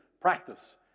practice